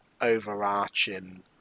overarching